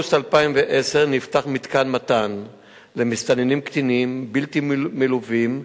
באוגוסט 2010 נפתח מתקן "מתן" למסתננים קטינים בלתי מלווים,